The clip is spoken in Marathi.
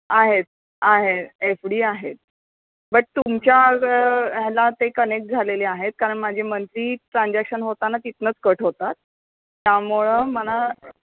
आहेत आहे एफ डी आहेत बट तुमच्या ल ह्याला ते कनेक्ट झालेले आहेत कारण माझी मंथली ट्रान्जॅक्शन होताना तिथनंच कट होतात त्यामुळं मला